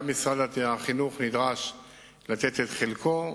נותנת, גם משרד החינוך נדרש לתת את חלקו.